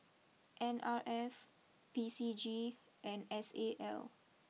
N R F P C G and S A L